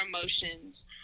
emotions